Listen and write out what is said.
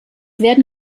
werden